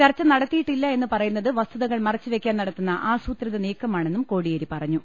ചർച്ച നടത്തിയിട്ടില്ല എന്നു പറയുന്നത് വസ്തുതകൾ മറച്ചു വെക്കാൻ നടത്തുന്ന ആസൂത്രിത നീക്കമാണെന്നും കോടിയേരി പറഞ്ഞു